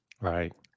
right